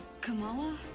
Kamala